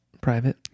private